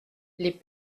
les